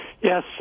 Yes